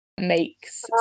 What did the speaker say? makes